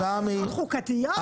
--- חוקתיות, באמת.